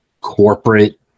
corporate